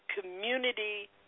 community